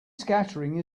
scattering